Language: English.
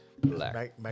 Black